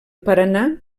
paranà